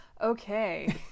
okay